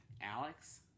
Alex